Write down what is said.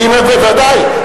בוודאי,